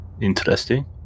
Interesting